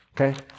Okay